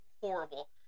horrible